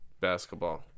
basketball